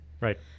Right